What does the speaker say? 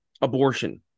abortion